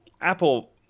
Apple